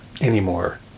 anymore